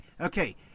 Okay